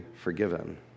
forgiven